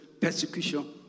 persecution